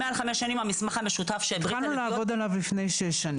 מעל חמש שנים המסמך המשותף- -- התחלנו לעבוד עליו לפני שש שנים.